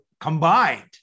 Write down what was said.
combined